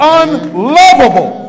unlovable